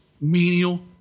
menial